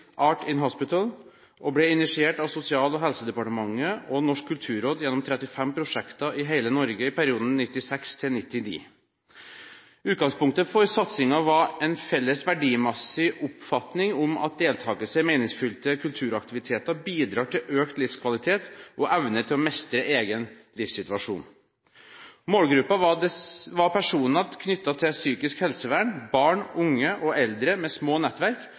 Art in Hospital og ble initiert av Sosial- og helsedepartementet og Norsk Kulturråd gjennom 35 prosjekter i hele Norge i perioden 1996–1999. Utgangspunktet for satsingen var en felles verdimessig oppfatning om at deltakelse i meningsfylte kulturaktiviteter bidrar til økt livskvalitet og evne til å mestre egen livssituasjon. Målgruppen var personer knyttet til psykisk helsevern, barn, unge og eldre med små nettverk